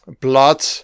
blood